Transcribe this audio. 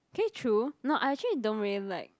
K true no I actually don't really like